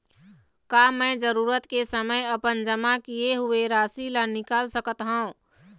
का मैं जरूरत के समय अपन जमा किए हुए राशि ला निकाल सकत हव?